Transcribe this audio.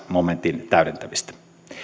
momentin täydentämistä